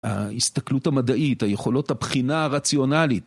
ההסתכלות המדעית, היכולות הבחינה הרציונלית.